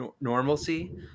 normalcy